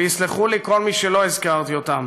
ויסלחו לי כל מי שלא הזכרתי אותם